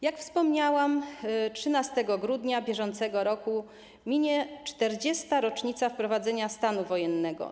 Jak wspomniałam, 13 grudnia br. minie 40. rocznica wprowadzenia stanu wojennego.